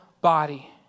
body